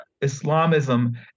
Islamism